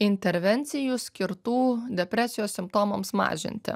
intervencijų skirtų depresijos simptomams mažinti